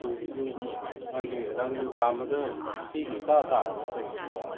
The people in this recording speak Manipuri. ꯎꯄꯨꯁꯨꯁꯨ ꯃꯥꯒꯤ ꯔꯪ ꯀꯥꯝꯕꯗ ꯃꯄꯤꯒ ꯏꯇꯥ ꯇꯥꯔꯕ꯭ꯔꯥ ꯇꯧꯔꯤꯁꯤꯕꯣ